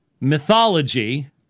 mythology